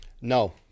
No